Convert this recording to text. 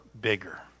bigger